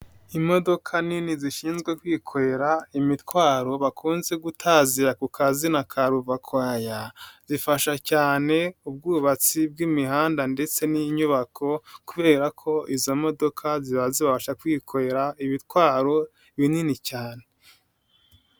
Imodoka nini zishinzwe kwikorera imitwaro bakunze gutaza kukazina ka ruvakwaya, zifasha cyane ubwubatsi bw'imihanda ndetse n'inyubako, kubera ko izi modoka ziba zibasha kwikorera ibitwaro, binini cyane.